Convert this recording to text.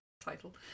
Title